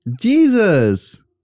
Jesus